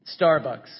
Starbucks